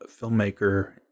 filmmaker